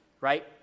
right